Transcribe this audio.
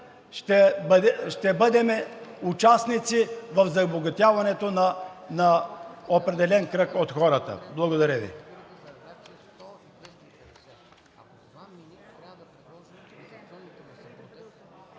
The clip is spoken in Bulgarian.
ще бъдем участници в забогатяването на определен кръг от хора. Благодаря Ви.